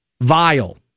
vile